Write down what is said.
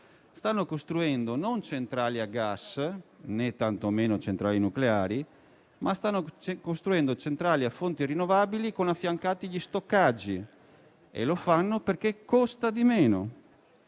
stanno costruendo non centrali a gas, né tantomeno centrali nucleari, ma centrali a fonti rinnovabili, con affiancati gli stoccaggi, e lo fanno perché costa di meno.